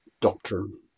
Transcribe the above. doctrine